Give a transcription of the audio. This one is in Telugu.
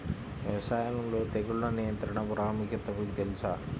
వ్యవసాయంలో తెగుళ్ల నియంత్రణ ప్రాముఖ్యత మీకు తెలుసా?